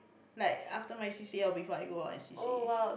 like after my C_C_A or before I go on C_C_A